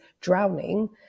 drowning